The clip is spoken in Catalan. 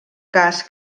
cas